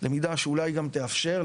למידה שאולי גם תאפשר,